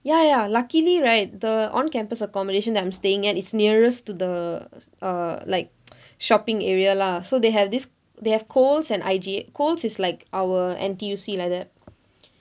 ya ya luckily right the on campus accommodation that I'm staying at is nearest to the err like shopping area lah so they have this they have coles and I_G_A coles is like our N_T_U_C like that